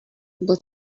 but